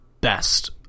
best